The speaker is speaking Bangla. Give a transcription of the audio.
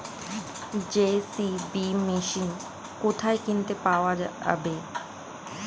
জে.সি.বি মেশিন কোথায় কিনতে পাওয়া যাবে?